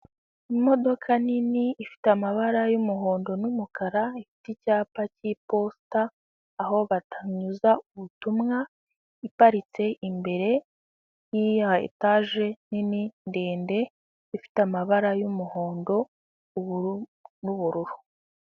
Imodoka nini ifite amabara y'umuhondo n'umukara, ifite icyapa cy'iposita aho batanyuza ubutumwa, iparitse imbere ya etaje nini ndende, ifite amabara y'umuhondo n'ubururu.